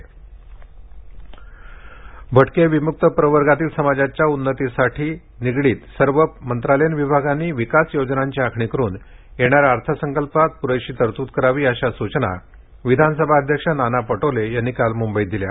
नाना पटोले भटके विमुक्त प्रवर्गातील समाजाच्या उन्नतीशी निगडीत सर्व मंत्रालयीन विभागांनी विकास योजनांची आखणी करून येणाऱ्या अर्थसंकल्पात प्रेशी तरतूद करावी अशा सुचना विधानसभा अध्यक्ष नाना पटोले यांनी काल मुंबईत दिल्या